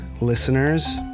Listeners